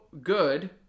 good